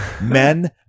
men